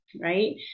right